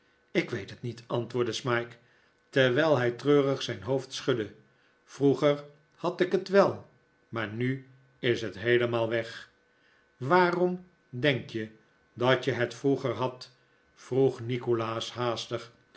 ik weet het niet antwoordde smike terwijl hij treurig zijn hoofd schudde vroeger had ik het wel maar nu is het heelemaal weg waarom denk je dat je het vroeger had vroeg nikolaas haastig